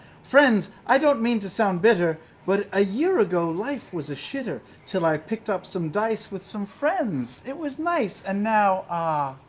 friends, i don't mean to sound bitter but a year ago, life was a shitter. til i picked up some dice with some friends! it was nice! and now, ah,